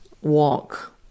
walk